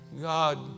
God